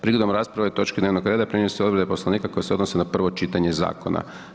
Prigodom rasprave o ovoj točki dnevnog reda primjenjuju se odredbe Poslovnika koje se odnose na prvo čitanje zakona.